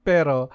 Pero